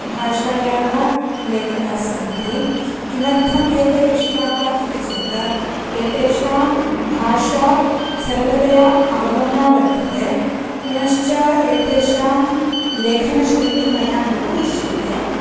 भाषायाः लेखकाः सन्ति किमर्थं एते इष्टाः इति चेत् एतेषां भाषा सरलतया अवगम्या वर्तते पुनश्च एतेषां लेखनशैली मया बहु इष्यते